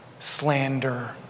Slander